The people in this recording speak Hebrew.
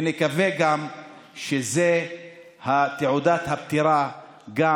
ונקווה שזו תעודת הפטירה גם